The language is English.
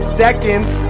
seconds